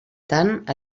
tant